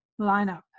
lineup